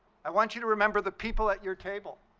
i want you to remember the people at your table.